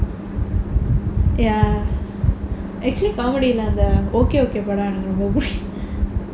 ya actually comedy அந்த:antha okay okay படம் எனக்கு ரொம்ப புடிக்கும்:padam enakku romba pudikkum